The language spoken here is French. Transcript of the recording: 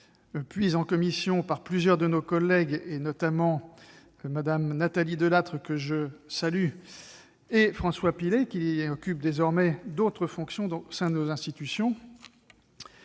puis en commission par plusieurs de nos collègues, notamment Nathalie Delattre et François Pillet, qui occupe désormais d'autres fonctions au sein de nos institutions.